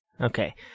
Okay